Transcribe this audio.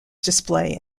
display